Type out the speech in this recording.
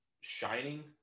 shining